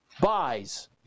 buys